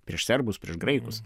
prieš serbus prieš graikus